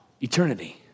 eternity